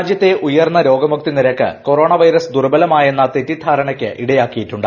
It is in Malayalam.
രാജ്യത്തെ ഉയർന്ന രോഗമുക്തി നിരക്ക് കൊറോണവൈറസ് ദുർബലമായെന്ന തെറ്റിദ്ധാരണയ്ക്ക് ഇടയാക്കിയിട്ടുണ്ട്